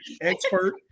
expert